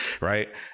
Right